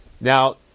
Now